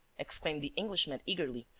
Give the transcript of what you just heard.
exclaimed the englishman, eagerly.